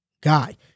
guy